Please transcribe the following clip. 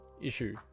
issue